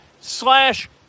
slash